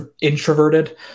introverted